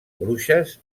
bruges